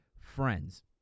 friends